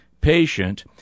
patient